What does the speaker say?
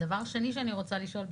דבר שני שאני רוצה לשאול,